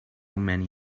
many